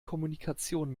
kommunikation